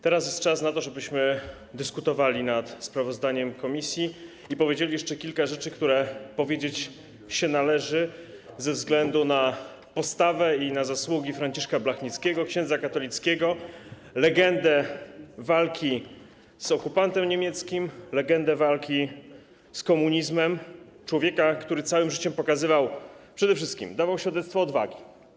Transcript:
Teraz jest czas na to, żebyśmy dyskutowali nad sprawozdaniem komisji i powiedzieli jeszcze kilka rzeczy, które powiedzieć należy ze względu na postawę i zasługi Franciszka Blachnickiego, księdza katolickiego, legendę walki z okupantem niemieckim, legendę walki z komunizmem, człowieka, który całym życiem przede wszystkim dawał świadectwo odwagi.